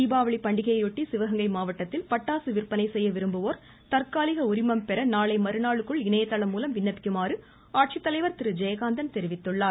தீபாவளி பண்டிகையையொட்டி சிவகங்கை மாவட்டத்தில் பட்டாசு விற்பனை செய்யவிரும்புவோர் தற்காலிக உரிமம் பெற நாளைமறுநாளுக்குள் இணையதளம் மூலம் விண்ணப்பிக்குமாறு ஆட்சித்தலைவர் திரு ஜெயகாந்தன் தெரிவித்துள்ளார்